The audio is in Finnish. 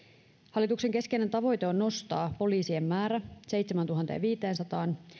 hallituksen keskeinen tavoite on nostaa poliisien määrä seitsemääntuhanteenviiteensataan